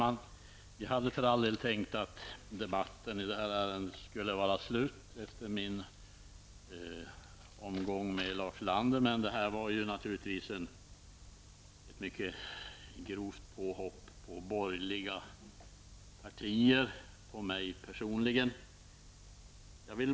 Herr talman! Jag hade tänkt att debatten i detta ärende skulle vara slut efter min omgång med Lars Ulander. Men detta var ett mycket grovt påhopp på borgerliga partier och på mig personligen.